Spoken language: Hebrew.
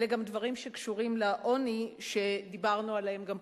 אלה גם דברים שקשורים לעוני שדיברנו עליהם גם קודם.